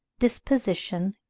disposition,